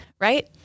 right